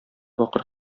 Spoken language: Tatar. бакыр